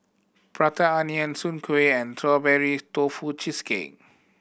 Prata Onion Soon Kuih and Strawberry Tofu Cheesecake